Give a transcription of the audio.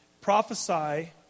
prophesy